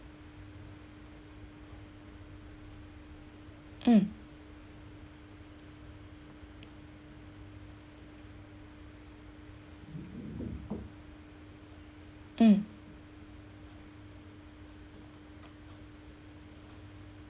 mm mm